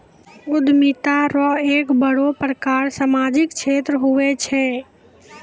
उद्यमिता रो एक बड़ो प्रकार सामाजिक क्षेत्र हुये छै